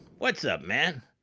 what's up man?